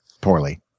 poorly